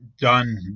done